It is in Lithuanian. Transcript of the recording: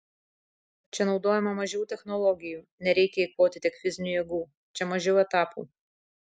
čia naudojama mažiau technologijų nereikia eikvoti tiek fizinių jėgų čia mažiau etapų